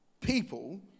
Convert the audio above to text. people